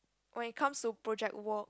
when it comes to project work